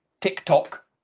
tiktok